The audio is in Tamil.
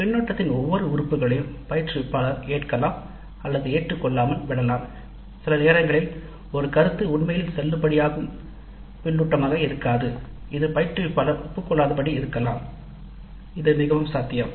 பின்னூட்டத்தின் ஒவ்வொரு உறுப்புகளையும் பயிற்றுவிப்பாளர் ஏற்கலாம் அல்லது ஏற்றுக்கொள்ளாமல் விடலாம் சில நேரங்களில் ஒரு கருத்து உண்மையில் செல்லுபடியாகும் பின்னூட்டமாக இருக்காது இது பயிற்றுவிப்பாளர் ஒப்புக்கொள்ளாத படி இருக்கலாம் இது மிகவும் சாத்தியம்